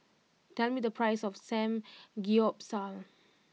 tell me the price of Samgeyopsal